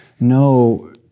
No